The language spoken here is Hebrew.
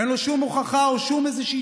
אין לו שום הוכחה או שום טענה,